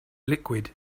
liquid